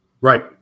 Right